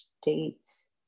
States